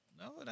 No